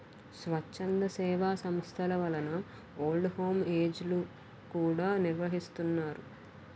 స్వచ్ఛంద సేవా సంస్థల వలన ఓల్డ్ హోమ్ ఏజ్ లు కూడా నిర్వహిస్తున్నారు